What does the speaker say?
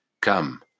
Come